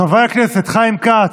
חבר הכנסת חיים כץ,